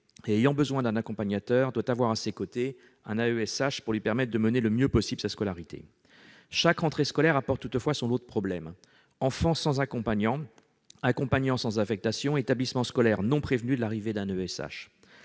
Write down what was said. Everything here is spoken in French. et ayant besoin d'un accompagnateur doit avoir à ses côtés un AESH pour lui permettre de mener sa scolarité le mieux possible. Chaque rentrée scolaire apporte toutefois son lot de problèmes : enfants sans accompagnants, accompagnants sans affectation, établissements scolaires non prévenus de l'arrivée d'un AESH